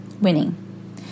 winning